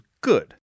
good